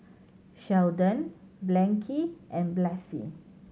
Sheldon Blanchie and Blaise